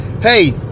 Hey